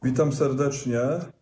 Witam serdecznie.